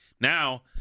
Now